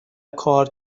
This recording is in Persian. کار